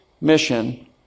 mission